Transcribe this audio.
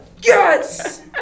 yes